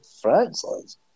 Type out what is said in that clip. France